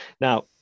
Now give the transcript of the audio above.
Now